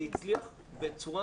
זה הצליח בצורה